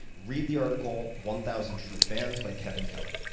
read the article one thousand true fans by kevin kelly.